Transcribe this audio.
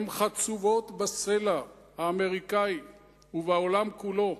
הן חצובות בסלע האמריקני ובעולם כולו.